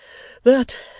that,